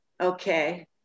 Okay